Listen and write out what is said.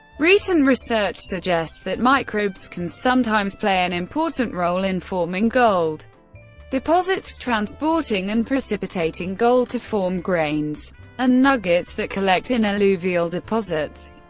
recent research suggests that microbes can sometimes play an important role in forming gold deposits, transporting and precipitating gold to form grains and nuggets that collect in alluvial deposits.